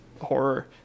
horror